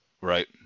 right